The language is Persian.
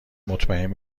مطمئن